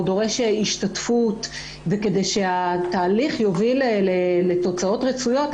הוא דורש השתתפות וכדי שהתהליך יוביל לתוצאות רצויות,